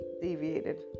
deviated